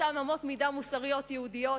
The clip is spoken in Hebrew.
לחזור לאותן אמות מידה מוסריות יהודיות